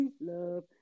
love